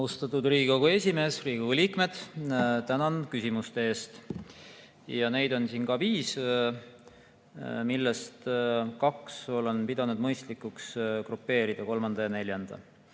Austatud Riigikogu esimees! Riigikogu liikmed! Tänan küsimuste eest! Neid on siin viis, millest kaks olen pidanud mõistlikuks grupeerida, kolmanda ja neljanda.